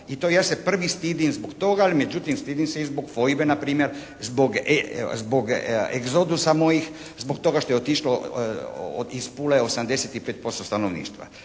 i to ja se prvi stidim zbog toga, ali međutim stidim se i zbog fojbe npr., zbog egzodusa mojih, zbog toga što je otišlo iz Pule 85% stanovništva.